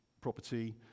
property